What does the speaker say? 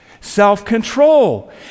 self-control